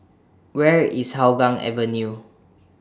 Where IS Hougang Avenue